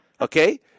okay